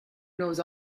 knows